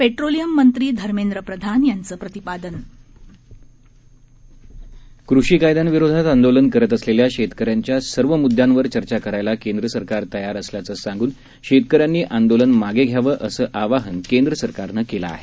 petroleum मंत्री धर्मेन्द्र प्रधान यांचं प्रतिपादन कृषी कायद्यांविरोधात आंदोलन करत असलेल्या शेतकऱ्यांच्या सर्व म्द्यांवर चर्चा करायला केंद्र सरकार तयार असल्याचं सांगून शेतकऱ्यांनी आंदोलन मागे घ्यावं असं आवाहन केंद्रसरकारनं केलं आहे